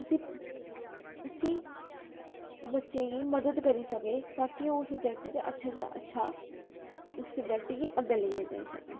उसी उसी बच्चे गी मदद करी सकै ता की ओह् उस सब्जेक्ट च अच्छे कोला अच्छा उस सब्जेक्ट गी अग्गें लेइयै जाई सकै